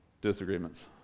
disagreements